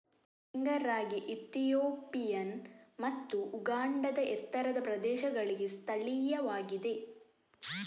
finger ರಾಗಿ Ethiopian ಮತ್ತು ಉಗಾಂಡಾದ ಎತ್ತರದ ಪ್ರದೇಶಗಳಿಗೆ ಸ್ಥಳೀಯವಾಗಿದೆ